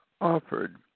offered